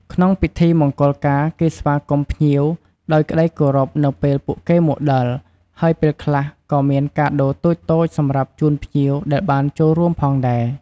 ក្នុងពិធីមង្គលការ គេស្វាគមន៍ភ្ញៀវដោយក្ដីគោរពនៅពេលពួកគេមកដល់ ហើយពេលខ្លះក៏មានកាដូតូចៗសម្រាប់ជូនភ្ញៀវដែលបានចូលរួមផងដែរ។